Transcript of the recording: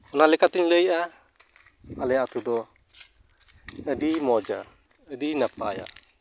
ᱚᱱᱟ ᱞᱮᱠᱟᱛᱮᱧ ᱞᱟᱹᱭᱮᱜᱼᱟ ᱟᱞᱮ ᱟᱛᱳ ᱫᱚ ᱟᱹᱰᱤ ᱢᱚᱡᱟ ᱟᱹᱰᱤ ᱱᱟᱯᱟᱭᱟ